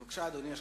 בבקשה, אדוני.